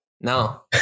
No